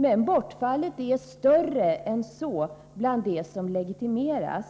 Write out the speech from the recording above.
Men bortfallet är större än så, om man ser till hur många som legitimeras.